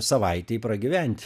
savaitei pragyvent